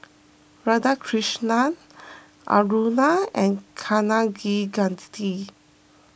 Radhakrishnan Aruna and Kaneganti